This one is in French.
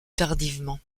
tardivement